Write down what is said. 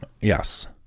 Yes